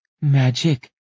Magic